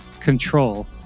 control